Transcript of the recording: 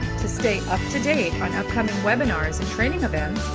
to stay up to date on upcoming webinars and training events,